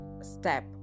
step